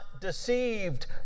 deceived